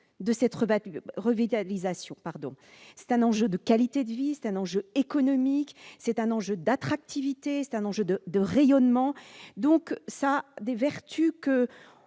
élément constitutif. C'est un enjeu de qualité de vie, c'est un enjeu économique, c'est un enjeu d'attractivité, c'est un enjeu de rayonnement. Autant de vertus que,